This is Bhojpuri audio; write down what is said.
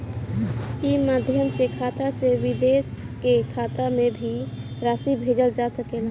ई माध्यम से खाता से विदेश के खाता में भी राशि भेजल जा सकेला का?